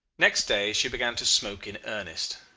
next day she began to smoke in earnest.